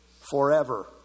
forever